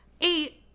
Eight